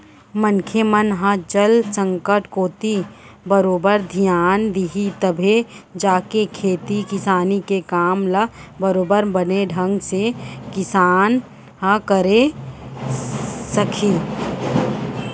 मनखे मन ह जल संकट कोती बरोबर धियान दिही तभे जाके खेती किसानी के काम ल बरोबर बने ढंग ले किसान ह करे सकही